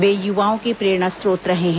वे युवाओं के प्रेरणा स्रोत रहे हैं